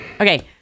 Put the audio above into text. Okay